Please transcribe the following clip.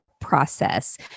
process